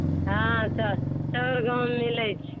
हँ चाउर गहूँम मिलैत छै